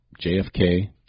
JFK